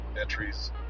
entries